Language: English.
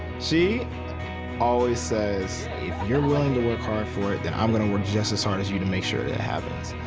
she always says, if you're willing to work hard for it, then i'm gonna work just as hard as you to make sure that it happens.